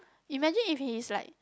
imagine if he's like